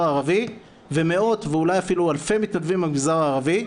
הערבי ומאות ואולי אפילו אלפי מתנדבים במגזר הערבי,